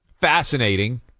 fascinating